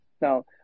Now